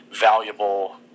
valuable